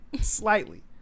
Slightly